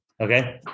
okay